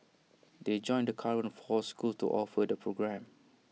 they join the current four schools to offer the programme